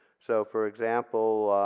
so for example,